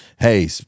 hey